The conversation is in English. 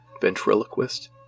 ventriloquist